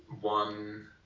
one